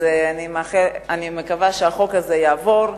אז אני מקווה שהחוק הזה יעבור,